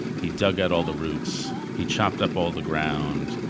he dug out all the roots, he chopped up all the ground,